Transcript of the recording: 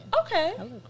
Okay